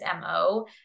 MO